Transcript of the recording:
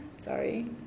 sorry